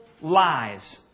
lies